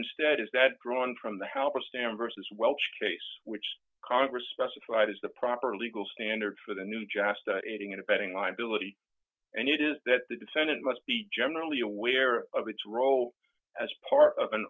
instead is that drawn from the help of standards as well chase which congress specified is the proper legal standard for the new jazz to aiding and abetting liability and it is that the defendant must be generally aware of its role as part of an